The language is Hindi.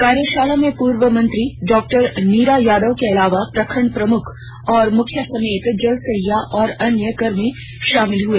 कार्यशाला में पूर्व मंत्री डॉ नीरा यादव के अलावा प्रखंड प्रमुख और मुखिया समेत जल सहिया और अन्य कर्मी शामिल हुए